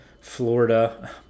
Florida